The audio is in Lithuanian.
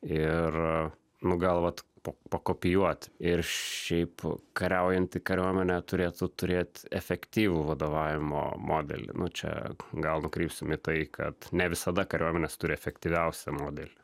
ir nu gal vat pa pakopijuot ir šiaip kariaujanti kariuomenė turėtų turėt efektyvų vadovavimo modelį nu čia gal nukrypsim į tai kad ne visada kariuomenės turi efektyviausią modelį